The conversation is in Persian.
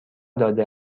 داده